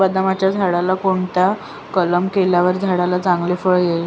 बदामाच्या झाडाला कोणता कलम केल्यावर झाडाला चांगले फळ येईल?